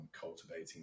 cultivating